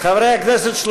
חברי הכנסת,